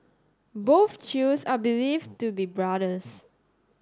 both Chews are believed to be brothers